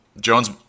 Jones